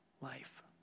life